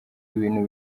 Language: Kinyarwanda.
ibintu